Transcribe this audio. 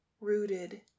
rooted